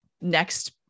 next